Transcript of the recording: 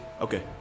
Okay